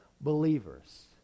believers